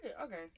Okay